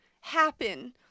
happen